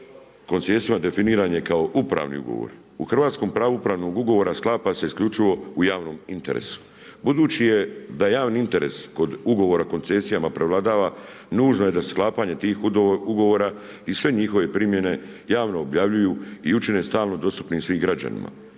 koncesijama definiran je kao upravni ugovor. U hrvatskom pravu upravnog ugovora sklapa se isključivo u javnom interesu. Budući je da javni interes kod ugovora o koncesijama prevladava nužno je da sklapanje tih ugovora i sve njihove primjene javno objavljuju i učine stalno dostupnim svim građanima.